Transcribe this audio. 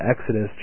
exodus